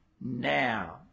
now